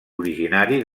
originari